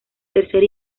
tercer